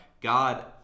God